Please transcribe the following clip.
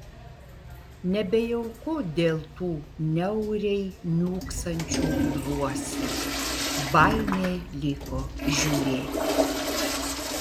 nebejauku dėl tų niauriai niūksančių gluosnių baimė liko žiūrėti